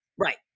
Right